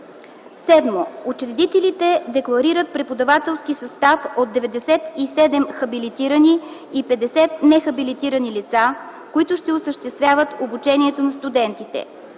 7. Учредителите декларират преподавателски състав от 97 хабилитирани и 50 нехабилитирани лица, които ще осъществяват обучението на студентите.